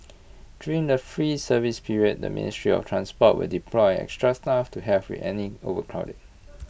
during the free service period the ministry of transport will deploy extra staff to help with any overcrowding